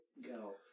go